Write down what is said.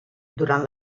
durant